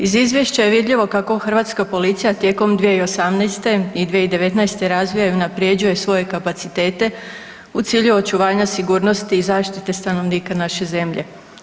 Iz izvješća je vidljivo kako hrvatska policija tijekom 2018. i 2019. razvija i unapređuje svoje kapacitete u cilju očuvanja sigurnosti i zaštite stanovnika naše zemlje.